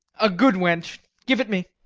a good wench give it me.